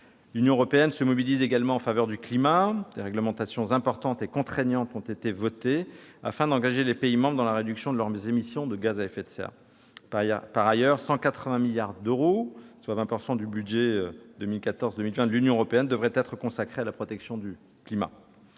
L'Union européenne se mobilise également en faveur du climat. Des réglementations importantes et contraignantes ont été votées, afin d'engager les pays membres dans la réduction de leurs émissions de gaz à effet de serre. Par ailleurs, 180 milliards d'euros, soit 20 % du budget de l'Union européenne pour la période 2014-2020, devraient être consacrés à la prise en compte